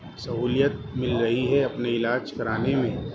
سہولیت مل رہی ہے اپنے علاج کرانے میں